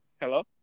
Hello